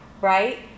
Right